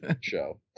show